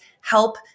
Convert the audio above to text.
help